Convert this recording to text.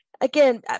Again